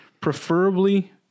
preferably